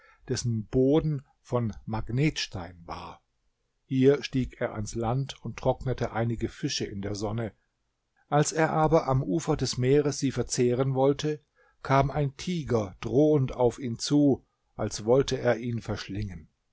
dessen boden von magnetstein war hier stieg er ans land und trocknete einige fische in der sonne als er aber am ufer des meeres sie verzehren wollte kam ein tiger drohend auf ihn zu als wollte er ihn verschlingen